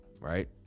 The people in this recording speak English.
right